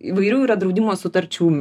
įvairių yra draudimo sutarčių